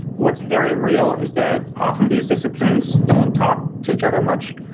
what's very real is that often these disciplines don't talk to each other much.